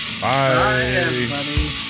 Bye